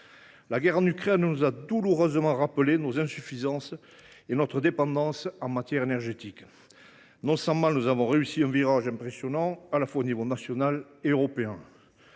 La guerre en Ukraine nous a douloureusement rappelé nos insuffisances et notre dépendance en matière énergétique. Non sans mal, nous avons réussi un virage impressionnant, à la fois au niveau national et au niveau